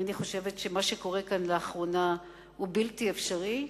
ואני חושבת שמה שקורה כאן לאחרונה הוא בלתי אפשרי.